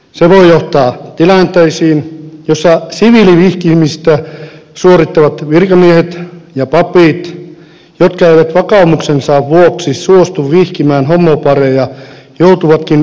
se voi johtaa tilanteisiin joissa siviilivihkimistä suorittavat virkamiehet ja papit jotka eivät vakaumuksensa vuoksi suostu vihkimään homopareja joutuvatkin eroamaan virastaan